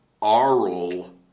aural